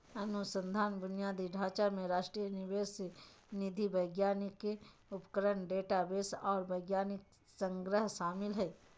अनुसंधान बुनियादी ढांचा में राष्ट्रीय निवेश निधि वैज्ञानिक उपकरण डेटाबेस आर वैज्ञानिक संग्रह शामिल हइ